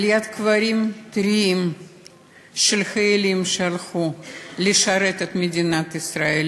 ליד קברים טריים של חיילים שהלכו לשרת את מדינת ישראל,